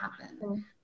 happen